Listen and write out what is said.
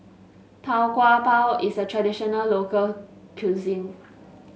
Tau Kwa Pau is a traditional local cuisine